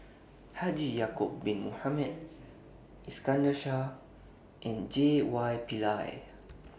Haji Ya'Acob Bin Mohamed Iskandar Shah and J Y Pillay